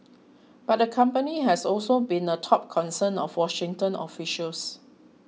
but the company has also been a top concern of Washington officials